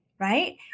right